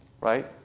right